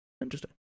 Interesting